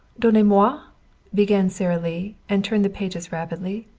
donnez-moi, began sara lee, and turned the pages rapidly,